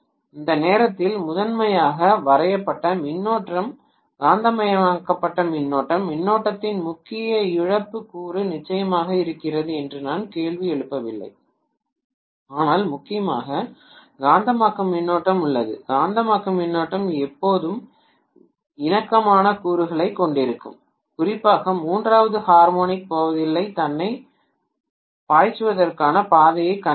அந்த நேரத்தில் முதன்மையாக வரையப்பட்ட மின்னோட்டம் காந்தமயமாக்கப்பட்ட மின்னோட்டம் மின்னோட்டத்தின் முக்கிய இழப்பு கூறு நிச்சயமாக இருக்கிறது என்று நான் கேள்வி எழுப்பவில்லை ஆனால் முக்கியமாக காந்தமாக்கும் மின்னோட்டம் உள்ளது காந்தமாக்கும் மின்னோட்டம் எப்போதும் இணக்கமான கூறுகளைக் கொண்டிருக்கும் குறிப்பாக மூன்றாவது ஹார்மோனிக் போவதில்லை தன்னைப் பாய்ச்சுவதற்கான பாதையைக் கண்டறிய